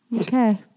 Okay